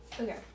Okay